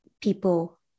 people